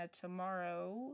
tomorrow